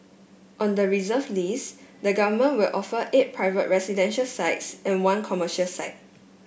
on the reserve list the government will offer eight private residential sites and one commercial site